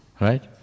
right